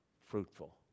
fruitful